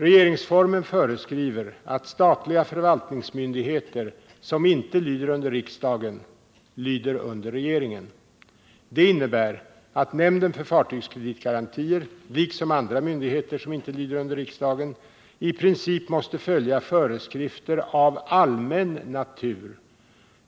Regeringsformen föreskriver att statliga förvaltningsmyndigheter, som inte lyder under riksdagen, lyder under regeringen. Det innebär att nämnden för fartygskreditgarantier, liksom andra myndigheter som inte lyder under riksdagen, i princip måste följa föreskrifter av allmän natur